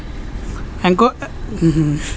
Accounting లో balance ఎంత వరకు ఉండాలి?